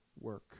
work